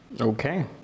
Okay